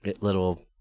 little